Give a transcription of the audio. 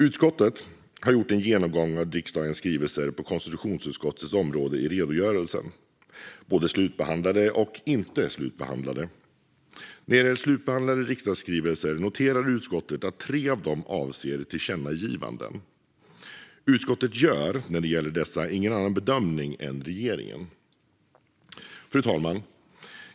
Utskottet har gjort en genomgång av riksdagens skrivelser på konstitutionsutskottets område i redogörelsen, både slutbehandlade och inte slutbehandlade. När det gäller slutbehandlade riksdagsskrivelser noterar utskottet att tre av dem avser tillkännagivanden. Utskottet gör när det gäller dessa ingen annan bedömning än regeringen. Fru talman!